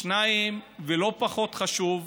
שתיים, ולא פחות חשוב,